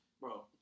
Bro